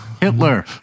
Hitler